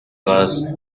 bazi